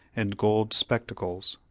and gold spectacles.